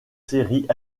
séries